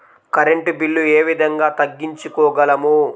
Current bill ఏ విధంగా తగ్గించుకోగలము?